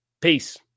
Peace